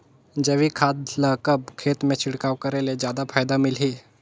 जैविक खाद ल कब खेत मे छिड़काव करे ले जादा फायदा मिलही?